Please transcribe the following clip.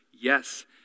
yes